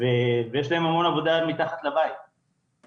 ויש להם המון עבודה ממש מתחת לבית ולכן,